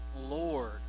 lord